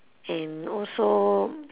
and also